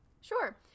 Sure